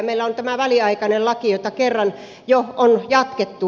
meillä on tämä väliaikainen laki jota kerran jo on jatkettu